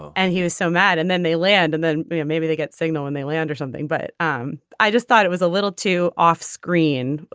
and he was so mad and then they land and then yeah maybe they get signal when they land or something. but um i just thought it was a little too off screen.